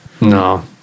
No